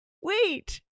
wait